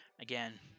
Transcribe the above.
Again